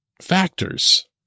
factors